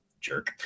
jerk